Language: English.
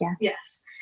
Yes